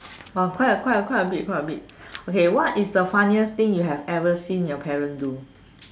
uh quite a quite a quite a bit quite a bit okay what was the funniest thing you have ever seen your parent do